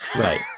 Right